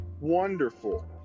wonderful